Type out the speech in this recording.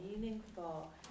meaningful